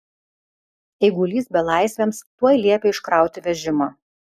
eigulys belaisviams tuoj liepė iškrauti vežimą